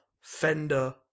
Fender